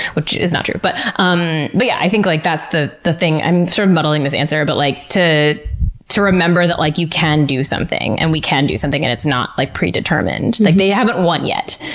which is not true. but um yeah, i think like that's the the thing. i'm sort of muddling this answer, but like to to remember that like you can do something, and we can do something, and it's not like predetermined. like they haven't won yet,